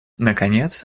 наконец